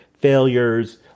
failures